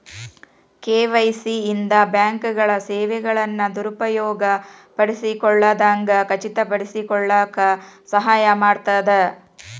KYC ಇಂದ ಬ್ಯಾಂಕ್ಗಳ ಸೇವೆಗಳನ್ನ ದುರುಪಯೋಗ ಪಡಿಸಿಕೊಳ್ಳದಂಗ ಖಚಿತಪಡಿಸಿಕೊಳ್ಳಕ ಸಹಾಯ ಮಾಡ್ತದ